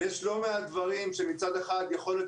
ויש לא מעט דברים שמצד אחד יכול להיות